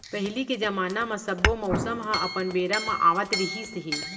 पहिली के जमाना म सब्बो मउसम ह अपन बेरा म आवत रिहिस हे